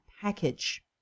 package